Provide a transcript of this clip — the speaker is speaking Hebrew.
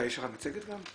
יש לך מצגת גם?